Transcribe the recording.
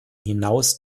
hinaus